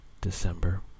December